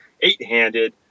eight-handed